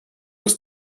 ist